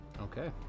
Okay